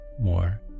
more